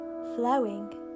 flowing